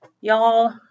Y'all